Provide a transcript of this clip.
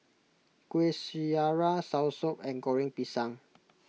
Kuih Syara Soursop and Goreng Pisang